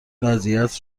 وضعیت